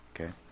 Okay